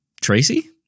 tracy